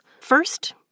First